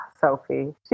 Sophie